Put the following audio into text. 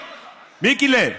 מיקיל'ה.